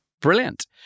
Brilliant